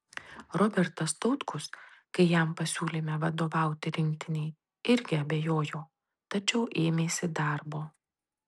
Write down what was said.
robertas tautkus kai jam pasiūlėme vadovauti rinktinei irgi abejojo tačiau ėmėsi darbo